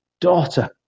daughter